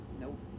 Nope